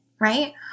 right